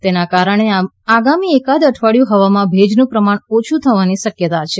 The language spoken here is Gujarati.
તેના કારણે આગામી એકાદ અઠવાડિયું હવામાં ભેજનું પ્રમાણ ઓછું થવાની શક્યતા છે